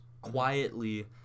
quietly